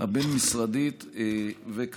הבין-משרדית ויעילותה,